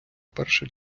перше